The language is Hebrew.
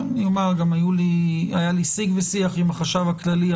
היה לי שיג ושיח עם החשב הכללי.